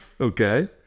Okay